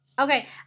Okay